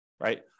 right